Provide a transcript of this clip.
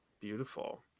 Beautiful